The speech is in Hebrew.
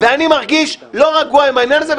ואני מרגיש לא רגוע עם העניין הזה,